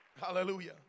Hallelujah